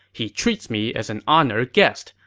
he treats me as an honored guest.